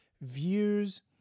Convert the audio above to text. views